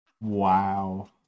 Wow